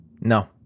no